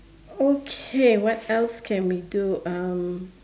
okay what else can we do um